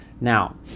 Now